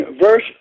verse